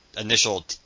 initial